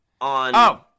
on